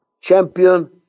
champion